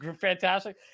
fantastic